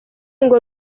ngo